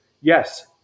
Yes